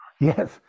Yes